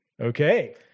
Okay